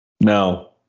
No